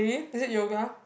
is it yoga